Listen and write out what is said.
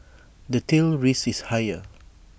the tail risk is higher